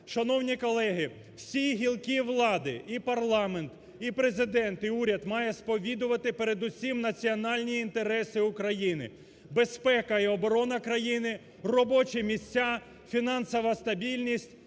Шановні колеги! Всі гілки влади – і парламент, і Президент, і уряд – має сповідувати передусім національні інтереси України: безпека і оборона країни, робочі місця, фінансова стабільність,